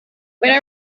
when